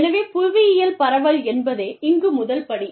எனவே புவியியல் பரவல் என்பதே இங்கு முதல் படி